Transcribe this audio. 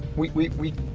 we. we.